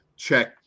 check